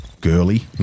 girly